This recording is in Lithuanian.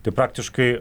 tai praktiškai